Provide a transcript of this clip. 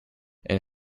and